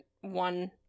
one